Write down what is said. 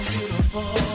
Beautiful